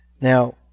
Now